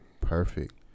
Perfect